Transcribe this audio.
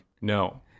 No